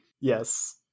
yes